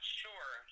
sure